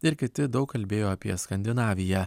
ir kiti daug kalbėjo apie skandinaviją